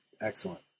excellent